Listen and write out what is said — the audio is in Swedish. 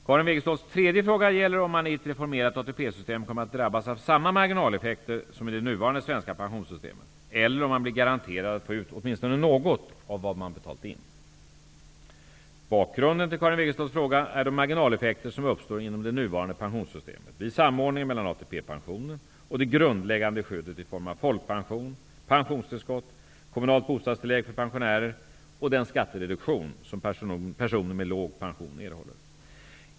Karin Wegeståls tredje fråga gäller om man i ett reformerat ATP-system kommer att drabbas av samma marginaleffekter som i det nuvarande svenska pensionssystemet eller om man blir garanterad att få ut åtminstone något av vad man Bakgrunden till Karin Wegeståls fråga är de marginalefffekter som uppstår inom det nuvarande pensionssystemet vid samordningen mellan ATP pensionen och det grundläggande skyddet i form av folkpension, pensionstillskott, kommunalt bostadstillägg för pensionärer och den skattereduktion som personer med låg pension erhåller.